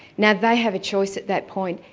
now they have a choice at that point,